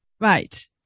Right